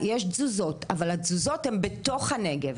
יש תזוזות אבל התזוזות הן בתוך הנגב.